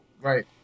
right